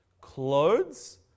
clothes